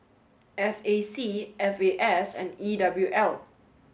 S A C F A S and E W L